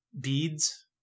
beads